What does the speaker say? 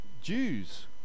Jews